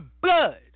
blood